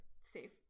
safe